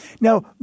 Now